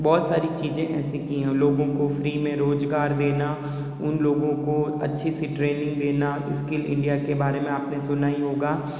बहुत सारी चीज़ें ऐसी की हैं लोगों को फ़्री में रोजगार देना उन लोगों को अच्छी सी ट्रेनिंग देना स्किल इंडिया के बारे में आप ने सुना ही होगा